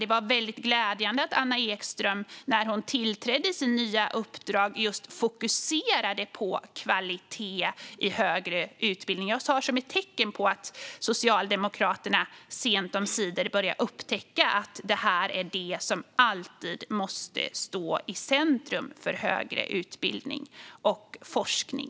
Det var väldigt glädjande att Anna Ekström, när hon tillträdde sitt nya uppdrag, just fokuserade på kvalitet i högre utbildning. Jag tar det som ett tecken på att Socialdemokraterna sent omsider börjar upptäcka att det är det som alltid måste stå i centrum för högre utbildning och forskning.